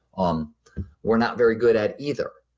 um we're not very good at either.